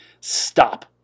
Stop